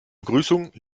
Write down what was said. begrüßung